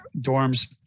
dorms